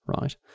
right